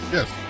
Yes